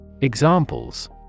Examples